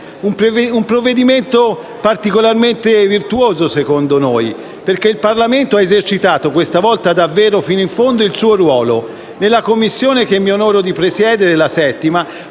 Un provvedimento particolarmente virtuoso, secondo noi, perché il Parlamento ha esercitato, questa volta davvero fino in fondo, il suo ruolo. Nella 7a Commissione, che mi onoro di presiedere, sono stati